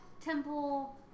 temple